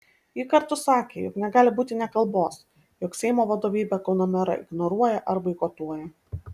ji kartu sakė jog negali būti nė kalbos jog seimo vadovybė kauno merą ignoruoja ar boikotuoja